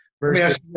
versus